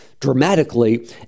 dramatically